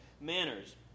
manners